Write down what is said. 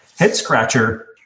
head-scratcher